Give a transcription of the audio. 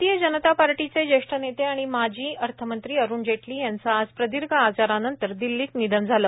भारतीय जनता पार्टीचे ज्येष्ठ नेते आणि माजी अर्थमंत्री अरूण जेटली यांचं आज प्रदीर्घ आजारानंतर दिल्लीत निधन झालं